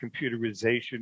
computerization